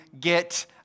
get